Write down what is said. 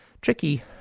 Tricky